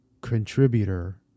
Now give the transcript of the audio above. contributor